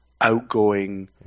outgoing